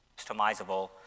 customizable